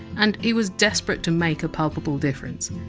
and he was desperate to make a palpable difference.